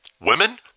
women